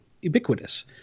ubiquitous